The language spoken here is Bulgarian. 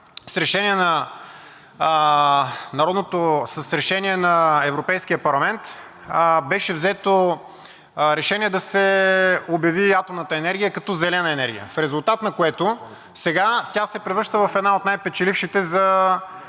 с решение на Европейския парламент беше взето решение да се обяви атомната енергия като зелена енергия, в резултат на което сега тя се превръща в една от най-печелившите не